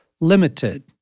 limited